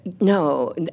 no